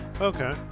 Okay